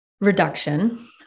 reduction